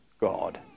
god